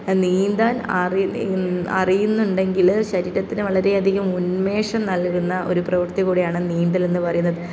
നീന്താൻ അറിയുന്നുണ്ടെങ്കിൽ ശരീരത്തിന് വളരെയധികം ഉന്മേഷം നൽകുന്ന ഒരു പ്രവർത്തി കൂടിയാണ് നീന്തൽ എന്ന് പറയുന്നത്